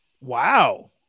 Wow